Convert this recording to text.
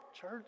church